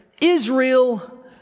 Israel